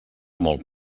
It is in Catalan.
molt